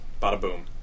Bada-boom